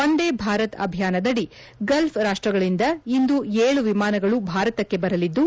ಒಂದೇ ಭಾರತ್ ಅಭಿಯಾನದಡಿ ಗಲ್ಫ್ ರಾಷ್ಷಗಳಿಂದ ಇಂದು ಏಳು ವಿಮಾನಗಳು ಭಾರತಕ್ಕೆ ಬರಲಿದ್ದು